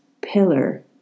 pillar